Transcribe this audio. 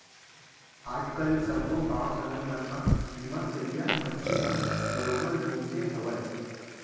आज काल सब्बो गॉंव सहर मन म बीमा करइया मनसे मन बरोबर घूमते हवयँ